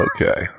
okay